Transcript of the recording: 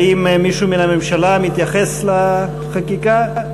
האם מישהו מהממשלה מתייחס לחקיקה?